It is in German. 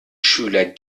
schüler